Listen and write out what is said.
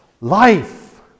life